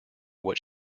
what